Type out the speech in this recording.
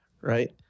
right